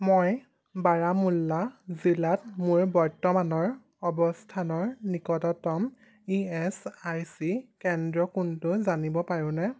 মই বাৰামুল্লা জিলাত মোৰ বৰ্তমানৰ অৱস্থানৰ নিকটতম ই এছ আই চি কেন্দ্ৰ কোনটো জানিব পাৰোঁনে